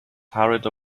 hurried